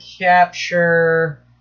capture